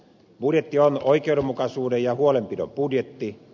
budjetti on oikeudenmukaisuuden ja huolenpidon budjetti